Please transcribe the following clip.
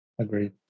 Agreed